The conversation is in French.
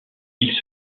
ils